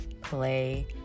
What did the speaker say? play